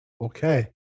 okay